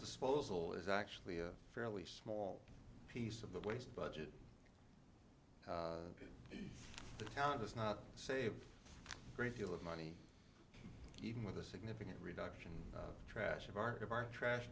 disposal is actually a fairly small piece of the waste budget the town does not save great deal of money even with a significant reduction of trash of our of our trash